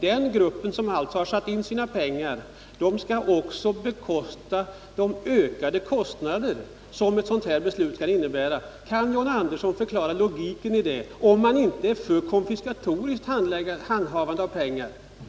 Den grupp som har satt in sina pengar skall även stå för de ökade kostnader som ett sådant Nr 148 här beslut innebär. Kan John Andersson förklara logiken i detta, såvida man Onsdagen den inte är för ett konfiskatoriskt handhavande av pengarna.